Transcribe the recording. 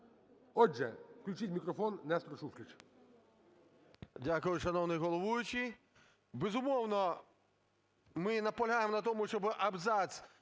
Отже, включіть мікрофон Нестору Шуфричу.